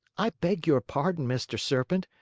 i beg your pardon, mr. serpent,